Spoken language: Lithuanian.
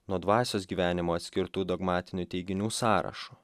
nuo dvasios gyvenimo atskirtu dogmatinių teiginių sąrašo